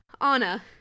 Anna